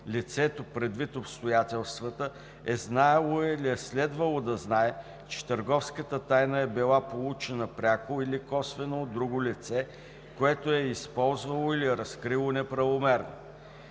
лицето, предвид обстоятелствата, е знаело или е следвало да знае, че търговската тайна е била получена пряко или косвено от друго лице, което я е използвало или разкрило неправомерно.